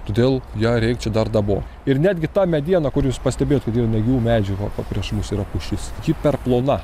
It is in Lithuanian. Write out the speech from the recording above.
todėl ją reik čia dar dabot ir netgi ta mediena kur jūs pastebėjot kur yra negyvų medžių va prieš mus yra pušis ji per plona